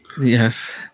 Yes